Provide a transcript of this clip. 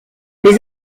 les